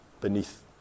beneath